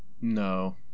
No